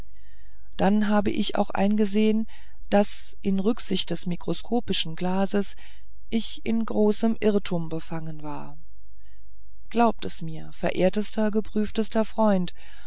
dann habe ich auch eingesehen daß in rücksicht des mikroskopischen glases ich in großem irrtum befangen war glaubt es mir verehrtester geprüftester freund